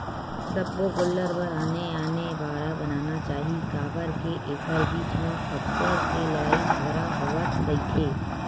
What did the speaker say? सब्बो गोल्लर बर आने आने बाड़ा बनाना चाही काबर के एखर बीच म अब्बड़ के लड़ई झगरा होवत रहिथे